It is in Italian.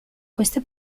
queste